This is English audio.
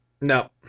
No